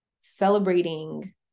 celebrating